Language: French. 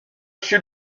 sur